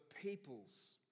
people's